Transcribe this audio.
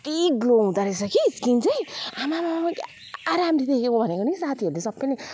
यत्ति ग्लो हुँदो रहेछ कि स्किन चाहिँ आम्मामा क्या राम्री देखेको भनेको नि साथीहरूले सबैले